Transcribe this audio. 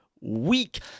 week